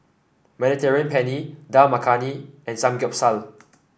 Mediterranean Penne Dal Makhani and Samgeyopsal